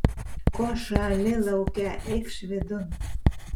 ko šąli lauke eikš vidun